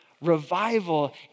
revival